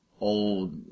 old